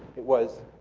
it was,